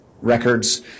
records